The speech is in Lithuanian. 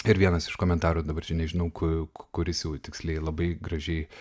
ir vienas iš komentarų dabar nežinau ku kuris jau tiksliai labai gražiai